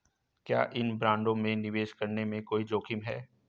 क्या इन बॉन्डों में निवेश करने में कोई जोखिम है?